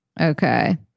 Okay